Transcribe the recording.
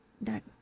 That